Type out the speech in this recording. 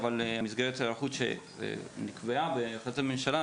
מסגרת ההיערכות שנקבעה בהחלטות הממשלה